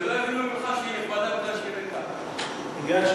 כול נכבדה ואחר כך ריקה.